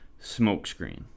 smokescreen